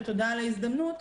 ותודה על ההזדמנות,